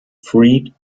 freed